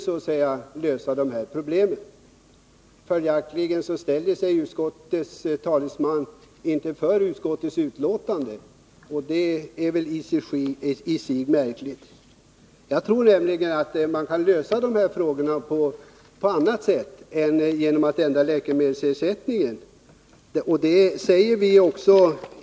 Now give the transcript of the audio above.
Följaktligen ställer sig utskottets talesman inte bakom utskottets förslag, och det är i sig märkligt. Jag tror emellertid att man kan lösa dessa frågor på annat sätt än genom att ändra läkemedelsersättningen.